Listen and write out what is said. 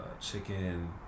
chicken